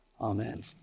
Amen